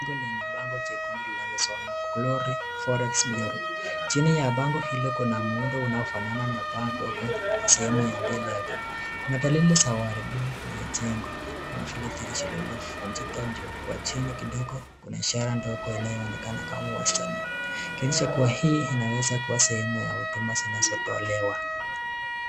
Jengo lenye bango jekundu linalosoma Glory Forex Bureau. Chini ya bango hilo kuna muundo unaofanana na banda dogo sehemu ya mbele yake. Kuna dalili za uharibifu kwenye jengo kama vile dirisha lililovunjika juu. Kwa chini kidogo kuna ishara ndogo inayoonekana kama Western Union. ikionyesha kuwa hii inaweza kuwa sehemu ya huduma zinazotolewa.